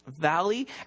valley